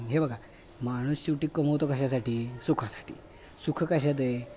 हे बघा माणूस शेवटी कमवतो कशासाठी सुखासाठी सुख कशात आहे